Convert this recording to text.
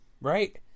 right